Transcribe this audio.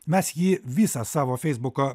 mes jį visą savo feisbuko